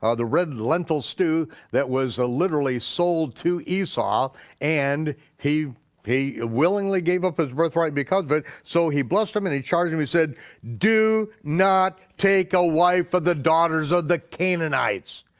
ah the red lentil stew that was ah literally sold to esau and he ah willingly gave up his birth rite because of it, so he blessed him and he charged him, he said do not take a wife of the daughters of the canaanites.